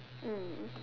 mm